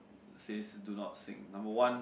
says do not sing number one